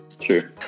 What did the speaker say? True